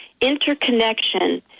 interconnection